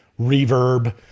reverb